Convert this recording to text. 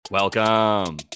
Welcome